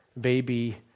baby